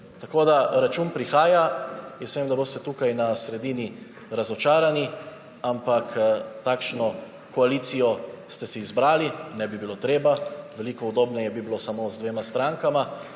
Tako da račun prihaja. Vem, da boste tukaj na sredini razočarani, ampak takšno koalicijo ste si izbrali. Ne bi bilo treba, veliko udobneje bi bilo samo z dvema strankama.